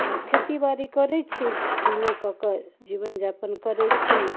आ खेती बारी करै छी कहुना कऽ कऽ जीवनयापन करै छी